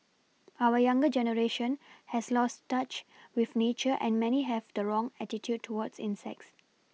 our younger generation has lost touch with nature and many have the wrong attitude towards insects